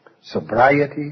Sobriety